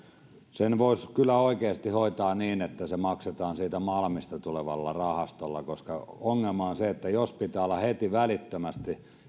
sen voisi kyllä oikeasti hoitaa niin että se maksetaan malmista tulevalla rahalla koska ongelma on se että jos pitää olla heti välittömästi